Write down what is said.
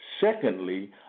Secondly